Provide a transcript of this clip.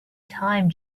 time